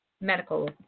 medical